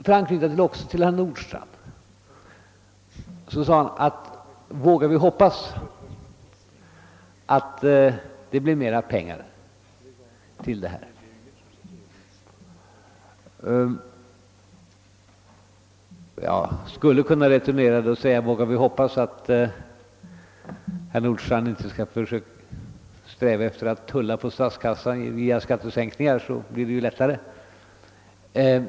Det andra har också anknytning till herr Nordstrandh, som frågade om vi vågar hoppas att det blir mera pengar till detta ändamål. Jag skulle kunna returnera hans fråga genom att framföra en förhoppning om att han inte skall sträva efter att tulla ur statskassan via skattesänkningar. Då blir det ju lättare att uppfylla hans önskan.